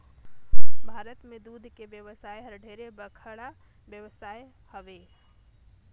भारत में दूद के बेवसाय हर ढेरे बड़खा बेवसाय हवे